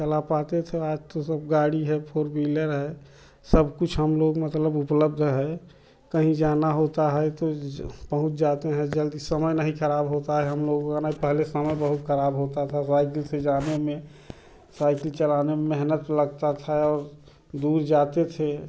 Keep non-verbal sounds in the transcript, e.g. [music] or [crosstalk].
चला पाते थे आज तो सब गाड़ी है फ़ोर व्हीलर है सब कुछ हम लोग मतलब उपलब्ध है कहीं जाना होता है तो ज पहुँच जाते हैं जल्दी समय नहीं खराब होता है हम लोगों का नहीं पहले समय बहुत खराब होता था [unintelligible] से जाने में साइकिल चलाने में मेहनत लगता था और दूर जाते थे